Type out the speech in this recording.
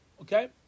Okay